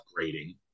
upgrading